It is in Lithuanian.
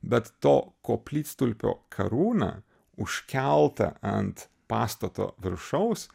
bet to koplytstulpio karūna užkelta ant pastato viršaus